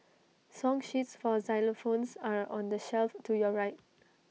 song sheets for xylophones are on the shelf to your right